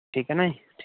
ਠੀਕ ਹੈ ਨਾ ਜੀ